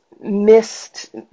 missed